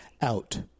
out